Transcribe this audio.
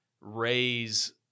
raise